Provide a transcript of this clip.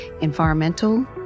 environmental